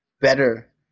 better